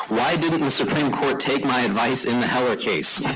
why didn't the supreme court take my advice in the heller case?